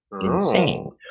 insane